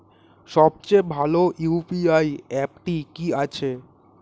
সবচেয়ে ভালো ইউ.পি.আই অ্যাপটি কি আছে?